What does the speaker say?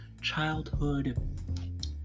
childhood